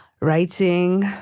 writing